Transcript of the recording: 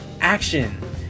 action